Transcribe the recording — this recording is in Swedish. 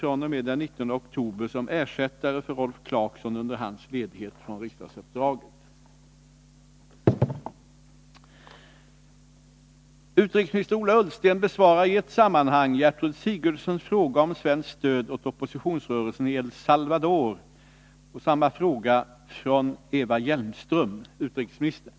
Är regeringen beredd att i likhet med den holländska regeringen stödja den fransk-mexikanska deklarationen och erkänna FDR/FMLN som en politiskt representativ rörelse när det gäller att delta i de förhandlingar som är nödvändiga för att nå en politisk lösning?